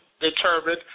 determined